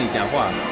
taiwan.